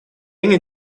они